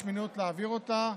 יש מניעות להעביר אותה.